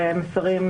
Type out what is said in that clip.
המסר השני מסר